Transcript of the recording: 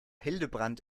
hildebrand